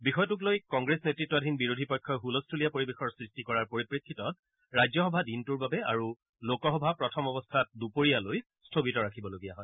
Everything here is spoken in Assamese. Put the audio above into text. বিষয়টোক লৈ কংগ্ৰেছ নেতৃতাধীন বিৰোধী পক্ষই হুলস্থূলীয়া পৰিৱেশৰ সৃষ্টি কৰাৰ পৰিপ্ৰেক্ষিতত ৰাজ্যসভা দিনটোৰ বাবে আৰু লোকসভা প্ৰথম অৱস্থাত দুপৰীয়ালৈ স্থগিত ৰাখিবলগীয়া হয়